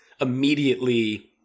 immediately